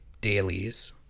dailies